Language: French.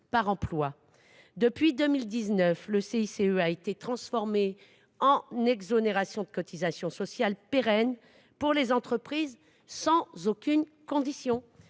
Depuis 2019, le CICE a été transformé en exonération pérenne de cotisations sociales pour les entreprises, sans aucune condition.